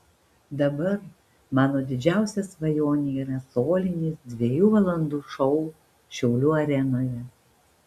dabar mano didžiausia svajonė yra solinis dviejų valandų šou šiaulių arenoje